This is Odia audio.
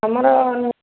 ଆମର